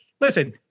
listen